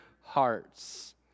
hearts